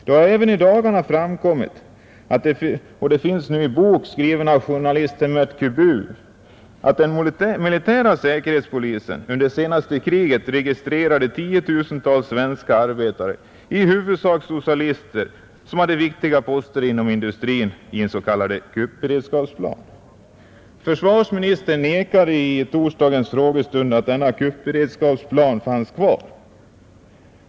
Det har även i dagarna framkommit i en bok, skriven av journalisten Mert Kubu, att den militära säkerhetspolisen under det senaste kriget registrerade tiotusentals svenska arbetare, i huvudsak socialister, som hade viktiga poster inom industrin, i den s.k. kuppberedskapsplanen. Försvarsministern förnekade i torsdagens frågestund förra veckan att denna kuppberedskapsplan fanns kvar.